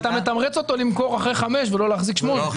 מתמרץ אותו למכור אחרי חמש שנים ולא להחזיק שמונה שנים.